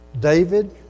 David